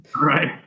right